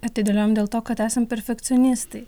atidėliojam dėl to kad esam perfekcionistai